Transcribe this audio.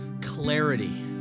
clarity